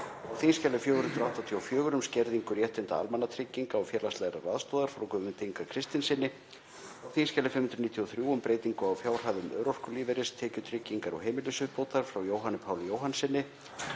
á þskj. 484, um skerðingu réttinda almannatrygginga og félagslegrar aðstoðar, frá Guðmundi Inga Kristinssyni, á þskj. 593, um breytingu á fjárhæðum örorkulífeyris, tekjutryggingar og heimilisuppbótar, frá Jóhanni Páli Jóhannssyni,